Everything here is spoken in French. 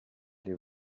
les